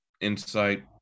insight